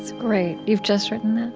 great. you've just written that?